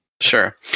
Sure